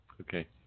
Okay